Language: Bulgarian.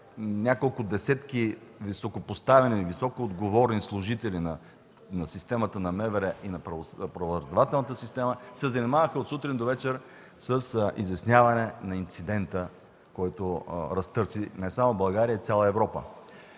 Няколко десетки високопоставени, високоотговорни служители на системата на МВР и на правораздавателната система се занимаваха от сутрин до вечер с изясняване на инцидента, който разтърси не само България – цяла Европа.